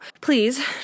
please